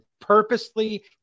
purposely